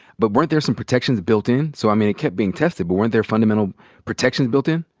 but weren't there some protections built in? so, i mean, it kept being tested. but weren't there fundamental protections built in?